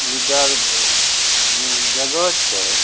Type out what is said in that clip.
reserve जे जगह छै